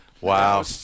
Wow